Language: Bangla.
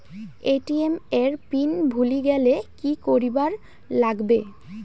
এ.টি.এম এর পিন ভুলি গেলে কি করিবার লাগবে?